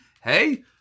hey